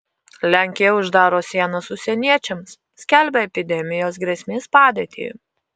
lenkija uždaro sienas užsieniečiams skelbia epidemijos grėsmės padėtį